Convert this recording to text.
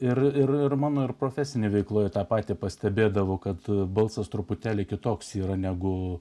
ir ir mano ir profesinėje veikloje tą patį pastebėdavo kad balsas truputėlį kitoks negu